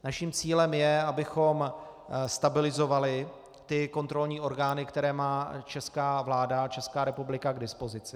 Naším cílem je, abychom stabilizovali ty kontrolní orgány, které má česká vláda a Česká republika k dispozici.